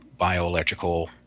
bioelectrical